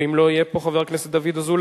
ואם הוא לא יהיה פה, חבר הכנסת דוד אזולאי.